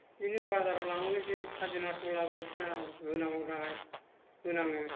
बिदिनो बाजाराव लाङोब्ला जों खाजिना थम्ला बायदिसिना होनांगौ नालाय होनाङो